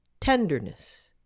tenderness